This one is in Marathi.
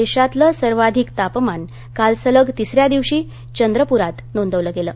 देशातलं सर्वाधिक तापमान काल सलग तिसऱ्या दिवशी चंद्रपुरात नोंदवलं गेलं